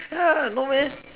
ya no meh